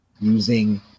using